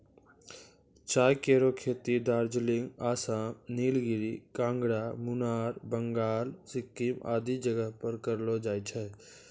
चाय केरो खेती दार्जिलिंग, आसाम, नीलगिरी, कांगड़ा, मुनार, बंगाल, सिक्किम आदि जगह पर करलो जाय छै